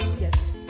yes